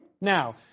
Now